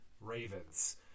Ravens